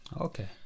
Okay